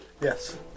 Yes